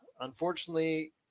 unfortunately